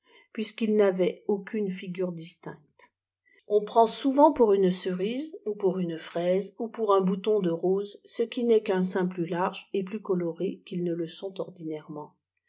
puisqu'ils n'avaient aucune figure distincte on prend souvent pour une cerise ou pour une fraise ou pour un bouto i de rose ce qui n'est qu'un seing plus large et plus coloré qu'ils ne le sont ordinairement